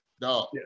No